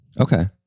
Okay